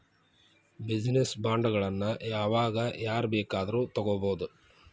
Business ಬಾಂಡ್ಗಳನ್ನ ಯಾವಾಗ್ ಯಾರ್ ಬೇಕಾದ್ರು ತಗೊಬೊದು?